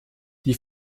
die